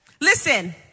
Listen